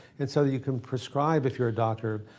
and so, you can prescribe, if you're a doctor,